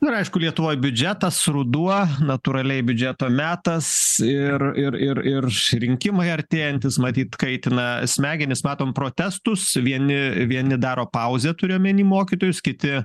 ir aišku lietuvoj biudžetas ruduo natūraliai biudžeto metas ir ir ir ir ir rinkimai artėjantys matyt kaitina smegenis matom protestus vieni vieni daro pauzę turiu omeny mokytojus kiti